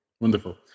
Wonderful